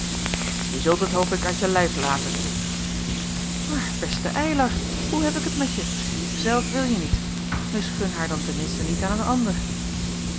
je zult het hoop ik uit je lijf laten maar beste eylar hoe heb ik het met je zelf wil je niet misgun haar dan ten minste niet aan een ander